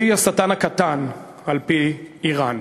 שהיא השטן הקטן, על-פי איראן,